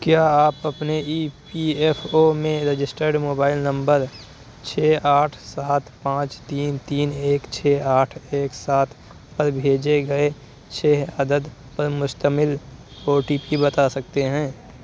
کیا آپ اپنے ای پی ایف او میں رجسٹرڈ موبائل نمبر چھ آٹھ سات پانچ تین تین ایک چھ آٹھ ایک سات پر بھیجے گئے چھ عدد پر مشتمل او ٹی پی بتا سکتے ہیں